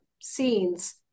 scenes